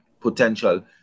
potential